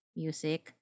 music